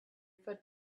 footsteps